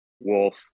wolf